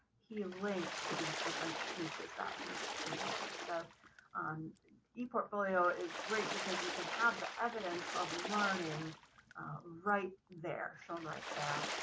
he links to these different pieces that he's created. so um he portfolio is great, because you can have the evidence of learning right there shown right there.